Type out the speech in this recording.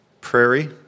Prairie